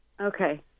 Okay